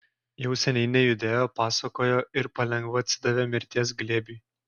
jau seniai nejudėjo pasakojo ir palengva atsidavė mirties glėbiui